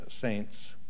saints